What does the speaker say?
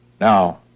Now